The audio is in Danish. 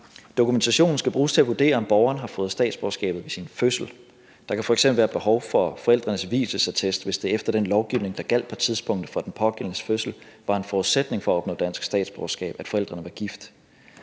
Dokumentationen skal bruges til at vurdere, om borgeren har fået statsborgerskabet ved sin fødsel. Der kan f.eks. være behov for forældrenes vielsesattest, hvis det efter den lovgivning, der gjaldt på tidspunktet for den pågældendes fødsel, var en forudsætning for at opnå dansk statsborgerskab, at forældrene var gift.